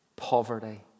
poverty